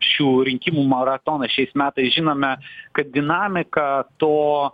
šių rinkimų maratoną šiais metais žinome kad dinamika to